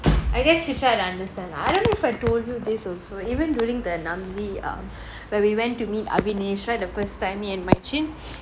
I guess she felt that I understand lah I don't know if I told you this also even during the namzi um where we went to meet avinesha the first time me and marichin